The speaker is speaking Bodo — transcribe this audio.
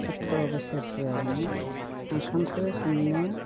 अथ्र' बोसोरसोआवनो ओंखामखौ संनो